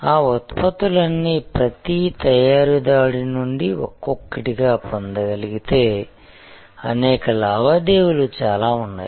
ఆ ఉత్పత్తులన్నీ ప్రతి తయారీదారుడి నుండి ఒక్కొక్కటిగా పొందగలిగితే అనేక లావాదేవీలు చాలా ఉన్నాయి